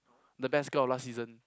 the best girl of last season